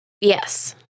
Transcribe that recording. Yes